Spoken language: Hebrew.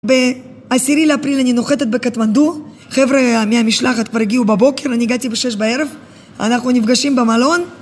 בעשירי לאפריל אני נוחתת בקטמנדו חבר'ה מהמשלחת כבר הגיעו בבוקר, אני הגעתי בשש בערב אנחנו נפגשים במלון